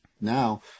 now